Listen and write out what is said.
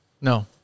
no